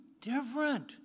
different